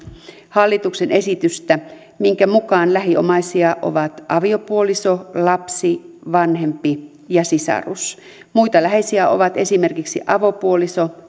hallituksen esitystä minkä mukaan lähiomaisia ovat aviopuoliso lapsi vanhempi ja sisarus muita läheisiä ovat esimerkiksi avopuoliso